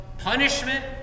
punishment